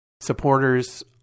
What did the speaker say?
supporters